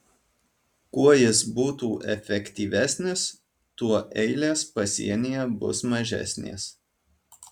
kuo jis būtų efektyvesnis tuo eilės pasienyje bus mažesnės